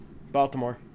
Baltimore